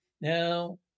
Now